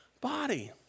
body